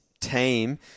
team